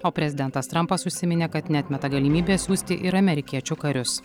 o prezidentas trampas užsiminė kad neatmeta galimybės siųsti ir amerikiečių karius